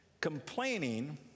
Complaining